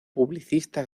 publicista